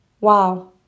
Wow